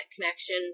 connection